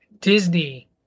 Disney –